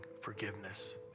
forgiveness